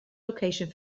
location